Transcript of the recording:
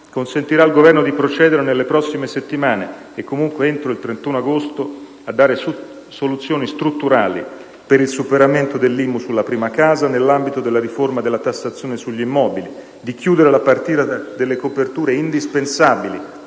consentirà al Governo di procedere nelle prossime settimane e, comunque, entro il 31 agosto a dare soluzioni strutturali per il superamento dell'IMU sulla prima casa nell'ambito della riforma della tassazione sugli immobili, di chiudere la partita delle coperture indispensabili